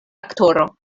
aktoro